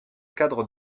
cadre